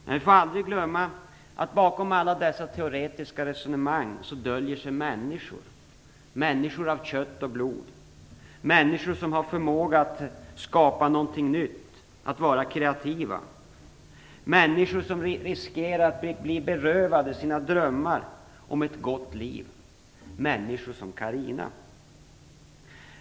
Men vi får aldrig glömma att bakom alla dessa teoretiska resonemang döljer sig alltid människor, av kött och blod, som har förmåga att skapa någonting nytt, att vara kreativa - människor som riskerar att bli berövade sina drömmar om ett gott liv, människor som Carina.